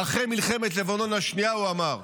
ואחרי מלחמת לבנון השנייה הוא אמר: